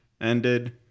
ended